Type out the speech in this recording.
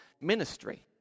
ministry